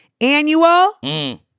annual